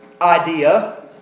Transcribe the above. idea